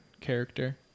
character